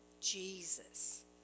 Jesus